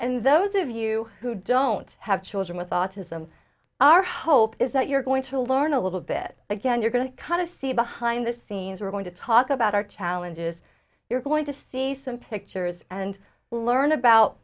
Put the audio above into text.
and those of you who don't have children with autism our hope is that you're going to learn a little bit again you're going to kind of see behind the scenes we're going to talk about our challenges you're going to see some pictures and learn about